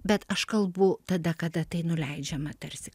bet aš kalbu tada kada tai nuleidžiama tarsi